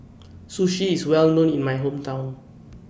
Sushi IS Well known in My Hometown